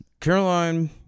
Caroline